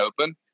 open